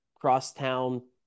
Crosstown